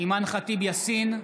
אימאן ח'טיב יאסין,